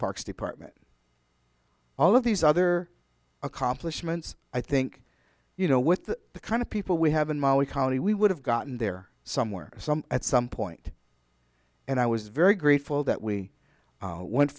parks department all of these other accomplishments i think you know with the kind of people we have in mali county we would have gotten there somewhere at some point and i was very grateful that we went